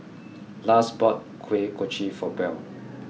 Lars bought Kuih Kochi for Buell